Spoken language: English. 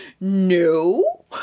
no